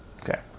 Okay